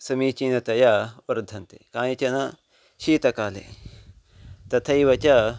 समीचीनतया वर्धन्ते कानिचन शीतकाले तथैव च